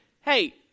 Hey